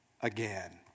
again